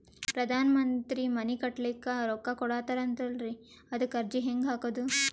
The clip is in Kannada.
ಪ್ರಧಾನ ಮಂತ್ರಿ ಮನಿ ಕಟ್ಲಿಕ ರೊಕ್ಕ ಕೊಟತಾರಂತಲ್ರಿ, ಅದಕ ಅರ್ಜಿ ಹೆಂಗ ಹಾಕದು?